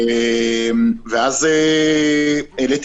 בעקבות זה העליתי